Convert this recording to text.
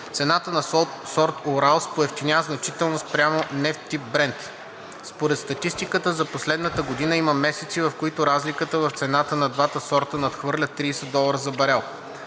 цената на сорт „Уралс“ поевтиня значително спрямо нефт тип „Брент“. Според статистиката за последната година има месеци, в които разликата в цената на двата сорта нефт надхвърля 30 долара за барел.